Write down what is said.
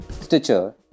Stitcher